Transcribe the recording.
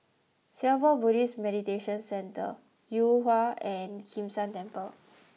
Singapore Buddhist Meditation Centre Yuhua and Kim San Temple